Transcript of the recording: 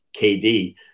KD